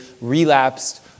relapsed